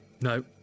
no